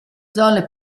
zone